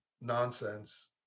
nonsense